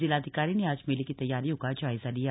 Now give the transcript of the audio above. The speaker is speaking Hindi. जिलाधिकारी ने आज मेले की तैयारियों को जायजा लिया